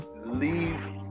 leave